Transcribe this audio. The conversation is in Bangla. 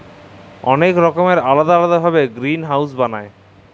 অলেক রকমের আলেদা আলেদা ভাবে গিরিলহাউজ বালায়